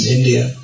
India